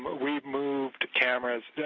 we've moved cameras